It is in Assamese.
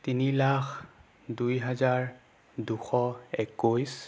তিনি লাখ দুই হাজাৰ দুশ একৈছ